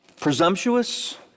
presumptuous